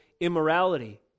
immorality